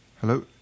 Hello